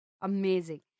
Amazing